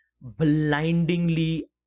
blindingly